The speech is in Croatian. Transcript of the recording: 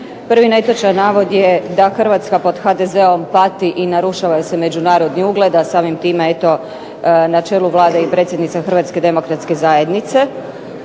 Prvi netočan navod je da Hrvatska pod HDZ-om pati i narušava joj se međunarodni ugled, a samim time eto na čelu Vlade i predsjednica Hrvatske demokratske zajednice.